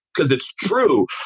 because it's true.